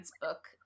book